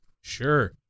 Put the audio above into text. Sure